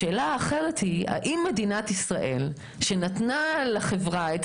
השאלה האחרת היא האם מדינת ישראל שנתנה לחברה את